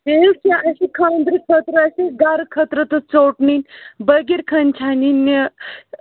بیٚیہِ حَظ چھِ اَسہِ خانٛدرٕ خٲطرٕ اَسہِ گرٕ خٲطرٕ تہِ ژیوٚٹ نِنۍ بٲگِر خٲنۍ چھَے نِنہِ